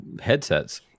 headsets